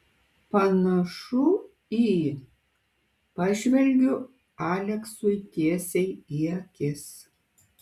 panašu į pažvelgiu aleksui tiesiai į akis